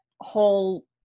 whole